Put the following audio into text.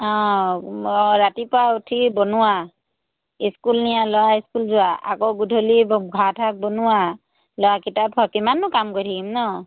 অঁ অঁ ৰাতিপুৱা উঠি বনোৱা স্কুল নিয়া ল'ৰা স্কুল যোৱা আকৌ গধূলি ভাত শাক বনোৱা ল'ৰা কিতাপ পঢ়া কিমাননো কাম কৰি থাকিম নহ্